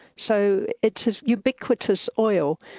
so it's a ubiquitous oil,